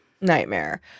nightmare